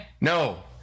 No